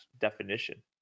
definition